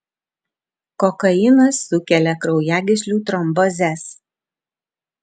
kokainas sukelia kraujagyslių trombozes